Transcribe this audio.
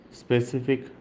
specific